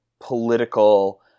political